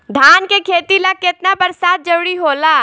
धान के खेती ला केतना बरसात जरूरी होला?